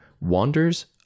Wanders